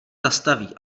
zastaví